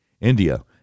India